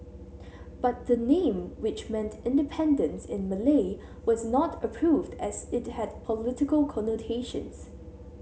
but the name which meant independence in Malay was not approved as it had political connotations